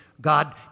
God